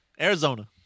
Arizona